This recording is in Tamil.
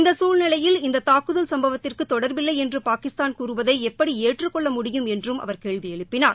இந்த குழ்நிலையில் இந்த தாக்குதல் சம்பவத்திற்கு தொடர்பில்லை என்று பாகிஸ்தான் கூறுவதை எப்படி ஏற்றுக்கொள்ள முடியும் என்று அவர் கேள்வி எழுப்பினார்